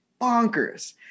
bonkers